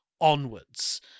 onwards